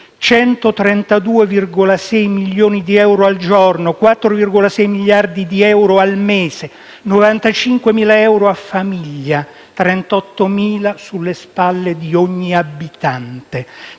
(132,6 milioni di euro al giorno, 4,6 miliardi di euro al mese, 95.000 euro a famiglia, 38.000 sulle spalle di ogni abitante).